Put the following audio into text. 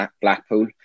Blackpool